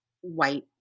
white